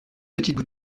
petites